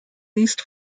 least